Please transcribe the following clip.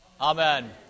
Amen